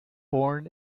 born